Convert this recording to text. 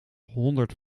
honderd